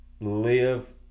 live